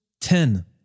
ten